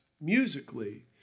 musically